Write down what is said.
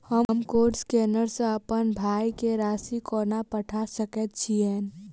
हम code scanner सँ अप्पन भाय केँ राशि कोना पठा सकैत छियैन?